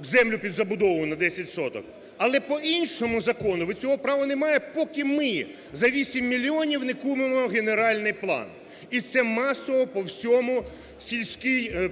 землю під забудову на 10 соток; але по іншому закону ви цього права не маєте, поки ми за 8 мільйонів не купимо генеральний план. І це масово по